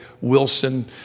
Wilson